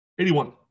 81